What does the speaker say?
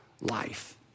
life